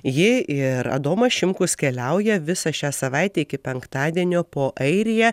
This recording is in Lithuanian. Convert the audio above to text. ji ir adomas šimkus keliauja visą šią savaitę iki penktadienio po airiją